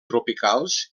tropicals